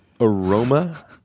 aroma